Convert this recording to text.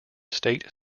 state